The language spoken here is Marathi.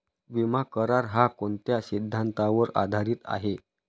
विमा करार, हा कोणत्या सिद्धांतावर आधारीत आहे?